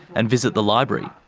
and visit the library.